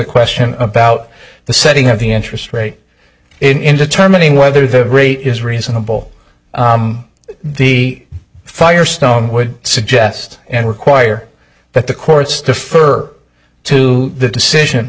question about the setting of the interest rate in determining whether the rate is reasonable the firestone would suggest and require that the courts to fur to the decision